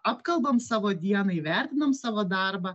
apkalbam savo dieną įvertinam savo darbą